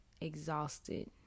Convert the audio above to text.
exhausted